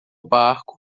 barco